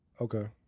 Okay